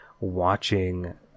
watching